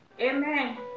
amen